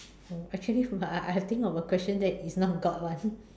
actually I I have think of a question that is not god [one]